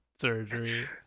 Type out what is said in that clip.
surgery